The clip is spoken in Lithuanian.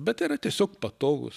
bet tai yra tiesiog patogus